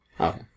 Okay